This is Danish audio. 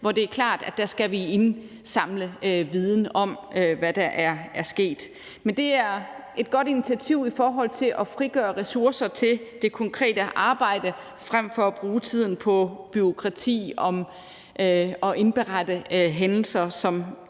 hvor det er klart, at der skal vi indsamle viden om, hvad der er sket. Men det er et godt initiativ i forhold til at frigøre ressourcer til det konkrete arbejde frem for at bruge tiden på bureaukrati og på at indberette hændelser, som i